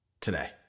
today